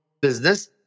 business